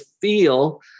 feel